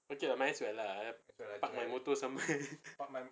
macam might as well lah I park my motor somewhere